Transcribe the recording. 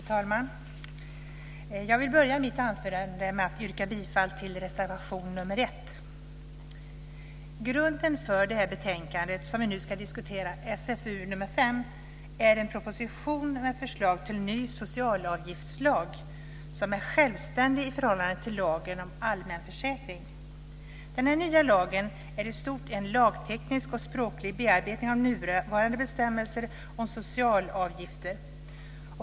Fru talman! Jag vill börja mitt anförande med att yrka bifall till reservation 1. Grunden för det betänkande vi nu ska diskutera, SfU5, är en proposition med förslag till en ny socialavgiftslag som är självständig i förhållande till lagen om allmän försäkring. Den nya lagen är i stort en lagteknisk och språklig bearbetning av nuvarande bestämmelser om socialavgifter.